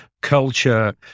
culture